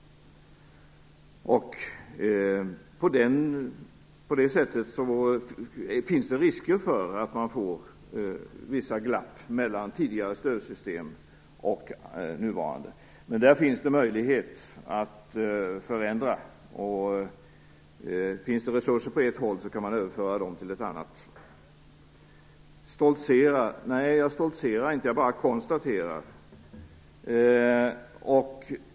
Då finns det risker för att man får vissa glapp mellan tidigare stödsystem och nuvarande. Men det finns möjlighet att förändra detta. Finns det resurser på ett håll, kan man överföra dem till ett annat. Jag stoltserar inte, jag konstaterar bara.